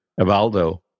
Evaldo